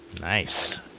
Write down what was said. Nice